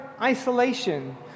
isolation